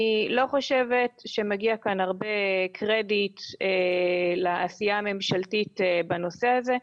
אני לא חושבת שמגיע כאן הרבה קרדיט לעשייה הממשלתית בנושא הזה,